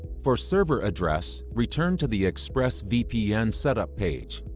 for server address, return to the expressvpn setup page.